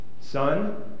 son